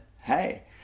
hey